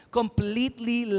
completely